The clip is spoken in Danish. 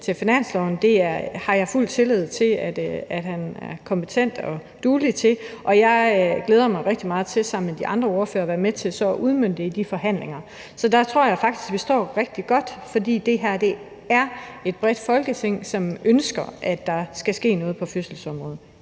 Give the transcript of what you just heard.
med finansloven. Det har jeg fuld tillid til at han er kompetent og duelig til. Jeg glæder mig rigtig meget til sammen med de andre ordførere at være med til at udmønte det i de forhandlinger. Der tror jeg faktisk, vi står rigtig godt, fordi det er et bredt flertal i Folketinget, som ønsker, at der skal ske noget på fødselsområdet.